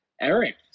Eric